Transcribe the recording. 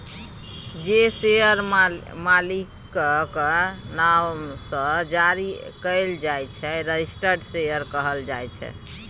जे शेयर मालिकक नाओ सँ जारी कएल जाइ छै रजिस्टर्ड शेयर कहल जाइ छै